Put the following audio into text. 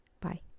Bye